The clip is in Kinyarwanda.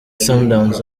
sundowns